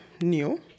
new